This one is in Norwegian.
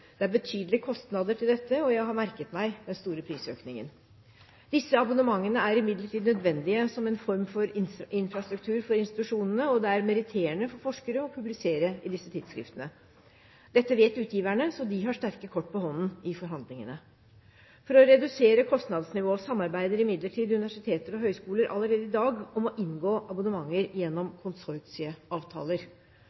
Det er betydelige kostnader til dette, og jeg har merket meg den store prisøkningen. Disse abonnementene er imidlertid nødvendige som en form for infrastruktur for institusjonene, og det er meritterende for forskere å publisere i disse tidsskriftene. Dette vet utgiverne, så de har sterke kort på hånden i forhandlingene. For å redusere kostnadsnivået samarbeider imidlertid universiteter og høyskoler allerede i dag om å inngå abonnementer gjennom